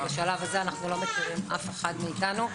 בשלב הזה אנו לא מכירים אף אחד מאתנו.